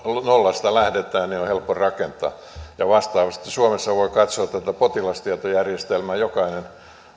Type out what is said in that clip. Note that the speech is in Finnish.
nollasta lähdetään niin on helppo rakentaa ja vastaavasti suomessa voi katsoa tätä tätä potilastietojärjestelmää jokainen